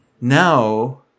now